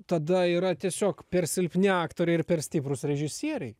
tada yra tiesiog per silpni aktoriai ir per stiprūs režisieriai